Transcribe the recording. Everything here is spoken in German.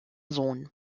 sohn